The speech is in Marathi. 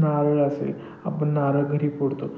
नारळ असेल आपण नारळ घरी फोडतो